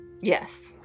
Yes